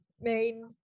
main